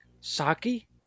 Saki